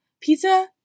Pizza